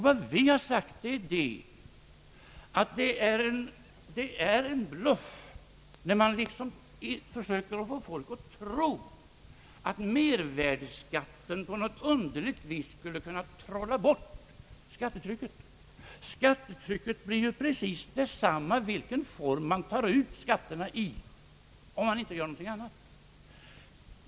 Vad vi har sagt är att det är en bluff när man försöker få folk att tro att mervärdeskatten på något underligt sätt skulle trolla bort skattetrycket. Det totala skattetrycket blir precis detsamma oavsett i vilken form man tar ut skatterna, om vi inte samtidigt gör någon annan ändring.